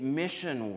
mission